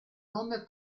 nome